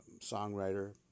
songwriter